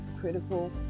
critical